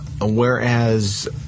whereas